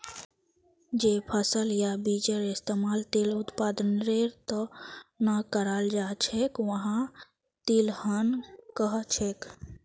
जे फसल या बीजेर इस्तमाल तेल उत्पादनेर त न कराल जा छेक वहाक तिलहन कह छेक